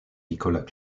nicolas